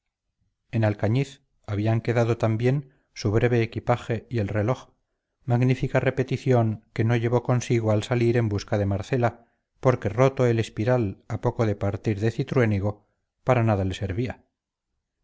en alcañiz habían quedado también su breve equipaje y el reloj magnífica repetición que no llevó consigo al salir en busca de marcela porque roto el espiral a poco de partir de cintruénigo para nada le servía